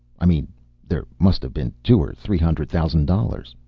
i mean there must have been two or three hundred thousand dollars.